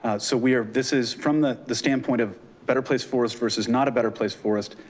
ah so we are, this is from the the standpoint of better place forest versus not a better place forest.